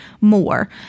more